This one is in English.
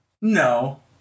No